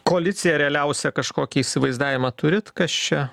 koalicija realiausia kažkokį įsivaizdavimą turit kas čia